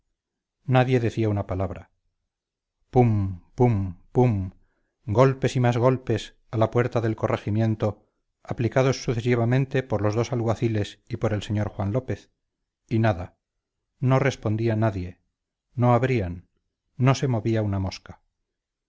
uñas de ambas manos pum pum pum golpes y más golpes a la puerta del corregimiento aplicados sucesivamente por los dos alguaciles y por el señor juan lópez y nada no respondía nadie no abrían no se movía una mosca